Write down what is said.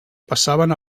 passaven